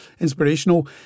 inspirational